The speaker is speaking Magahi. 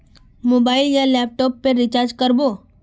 मोबाईल या लैपटॉप पेर रिचार्ज कर बो?